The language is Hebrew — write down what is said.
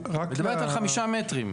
היא מדברת על 5 מטרים.